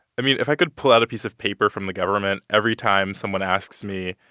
i mean, if i could pull out a piece of paper from the government every time someone asks me,